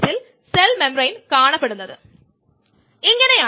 ഇതാണ് ഒരു ബാച്ച് സിസ്റ്റത്തിന്റെ കാര്യത്തിൽ ഈ ആശയം മികച്ചതാണ്